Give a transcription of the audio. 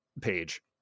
page